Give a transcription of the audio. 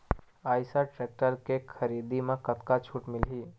Eicher tractor के खरीदी म कतका छूट मिलही?